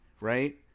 Right